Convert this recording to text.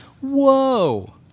Whoa